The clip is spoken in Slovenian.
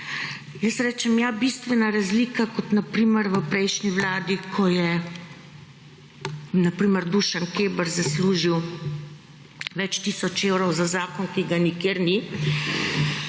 Jaz rečem ja, bistvena razlika kot na primer v prejšnji Vladi, ko je na primer Dušan Keber zaslužil več tisoč evrov za zakon, ki ga nikjer ni,